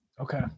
okay